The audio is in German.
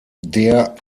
der